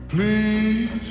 Please